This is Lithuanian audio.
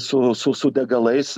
su su su degalais